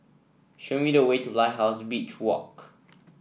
show me the way to Lighthouse Beach Walk